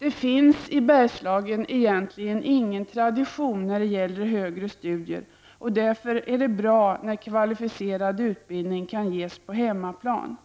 Det finns i Bergslagen egentligen ingen tradition när det gäller högre studier, och därför är det bra när kvalificerad utbildning kan ges på hemmaplan.